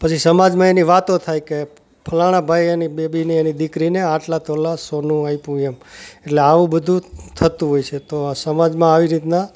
પછી સમાજમાં એની વાતો થાય કે ફલાણા ભાઈએ એની બેબીને એની દીકરીને આટલા તોલા સોનું આપ્યું એમ એટલે આવું બધું થતું હોય છે તો સમાજમાં આવી રીતના